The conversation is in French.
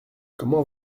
comment